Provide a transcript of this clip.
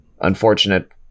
unfortunate